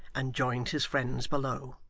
and joined his friends below.